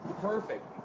perfect